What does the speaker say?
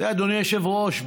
אדוני היושב-ראש,